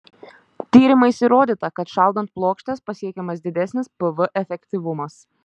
tyrimais įrodyta kad šaldant plokštes pasiekiamas didesnis pv efektyvumas